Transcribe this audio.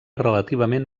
relativament